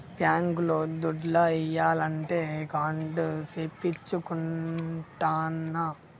bank లో దుడ్లు ఏయాలంటే అకౌంట్ సేపిచ్చుకుంటాన్న